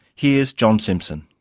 here's john simpson.